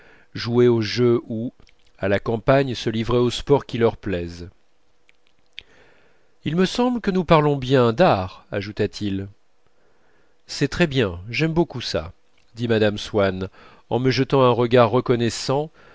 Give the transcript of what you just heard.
jouer aux jeux ou à la campagne se livrer aux sports qui leur plaisent il me semble que nous parlons bien d'art ajouta-t-il c'est très bien j'aime beaucoup ça dit mme swann en me jetant un regard reconnaissant